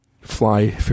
fly